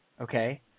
Okay